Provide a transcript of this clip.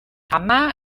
ama